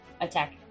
attack